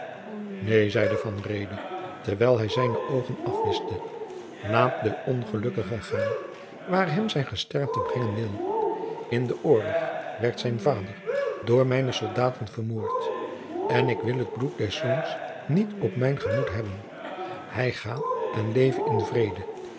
neen zeide van reede terwijl hij zijne oogen afwischte laat den ongelukkigen gaan waar hem zijn gesternte brengen wil in den oorlog werd zijn vader door mijne soldaten vermoord en ik wil het bloed des zoons niet op mijn jacob van lennep de pleegzoon gemoed hebben hij ga en leve in vrede